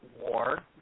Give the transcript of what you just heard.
war